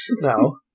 No